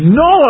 no